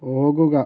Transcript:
പോകുക